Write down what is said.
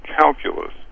calculus